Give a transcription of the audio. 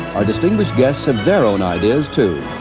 our distinguished guests have their own ideas, too.